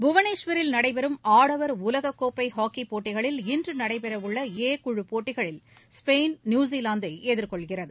புவனேஷ்வரில் நடைபெறும் ஆடவர் உலகக்கோப்பை ஹாக்கிப் போட்டிகளில் இன்று நடைபெறவுள்ள ஏ குழுப் போட்டிகளில் ஸ்பெயின் நியூசிலாந்தை எதிர்கொள்கிறது